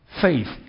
Faith